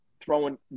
throwing